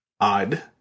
odd